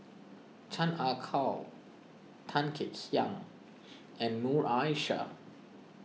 Chan Ah Kow Tan Kek Hiang and Noor Aishah